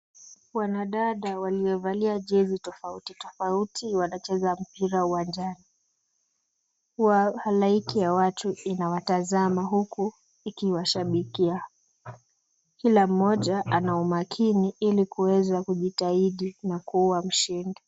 Wanadada waliovalia jezi tofauti tofauti wanacheza mpira uwanjani. Wahalaiki ya watu inawatazama huku ikiwashabikia. Kila mmoja ana umakini, ili kuweza kujitahidi na kuwa mshindi.